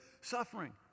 suffering